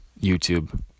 YouTube